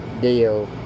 deal